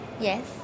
Yes